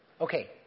Okay